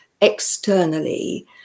externally